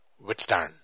Withstand